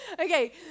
Okay